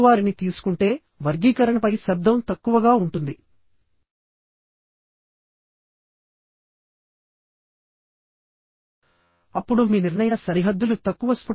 కాబట్టి ఈ కేసు లో మనం వ్యక్తిగతమైన స్టాగర్డ్ డిస్టెన్స్ ని తీసుకొని నెట్ ఏరియా ని కనుక్కోవాలి